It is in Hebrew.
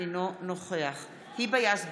אינו נוכח היבה יזבק,